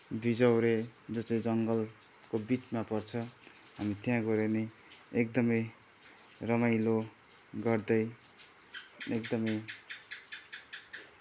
बिजाउरे जो चाहिँ जङ्गलको बिचमा पर्छ अनि त्यहाँ गयो भने एकदमै रमाइलो गर्दै एकदमै